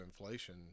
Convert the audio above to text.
inflation